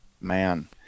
man